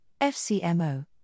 FCMO